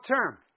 term